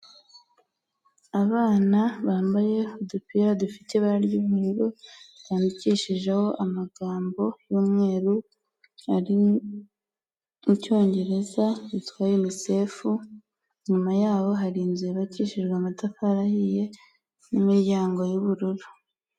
Abana bambaye udupira dufite ibara ry'ubururu twandikishijeho amagambo y'umweru ari mu cyongereza yitwa unisefu, nyuma y'aho hari inzu yubakishiijwe amatafari ahiye n'imiryango y'ubururu.